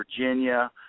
Virginia